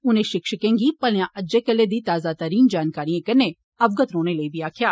उनें शिक्षकें गी भलेया अज्जै कल्लै दी ताजातरीन जानकारियें कन्नै अवगत रौहने लेई आक्खेया